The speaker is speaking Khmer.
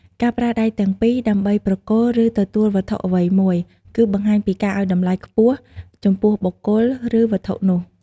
ការប្រើដៃទាំងពីរដើម្បីប្រគល់ ឬទទួលវត្ថុអ្វីមួយ គឺបង្ហាញពីការឲ្យតម្លៃខ្ពស់ចំពោះបុគ្គល ឬវត្ថុនោះ។